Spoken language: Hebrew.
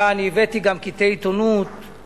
והבאתי גם קטעי עיתונות,